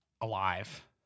alive